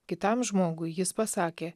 kitam žmogui jis pasakė